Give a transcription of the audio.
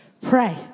Pray